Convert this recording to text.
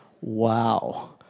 Wow